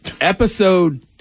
Episode